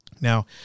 now